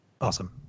Awesome